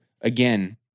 again